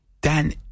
Dan